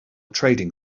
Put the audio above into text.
trading